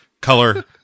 color